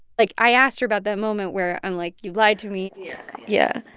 like, i asked her about that moment where i'm like, you lied to me yeah.